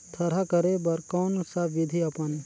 थरहा करे बर कौन सा विधि अपन?